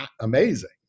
amazing